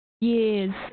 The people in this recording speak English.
years